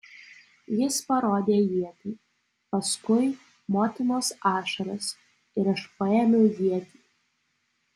jis parodė ietį paskui motinos ašaras ir aš paėmiau ietį